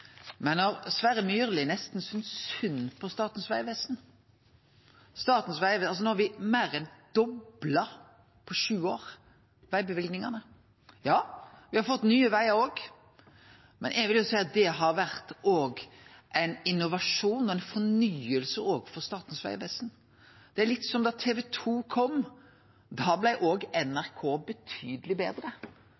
Men Sverre Myrli synest nesten synd på Statens vegvesen – når me har meir enn dobla vegløyvingane på sju år. Me har fått Nye Vegar også. Eg vil seie at det har vore ein innovasjon og ei fornying også for Statens vegvesen. Det er litt som då TV 2 kom. Då blei NRK betydeleg betre, og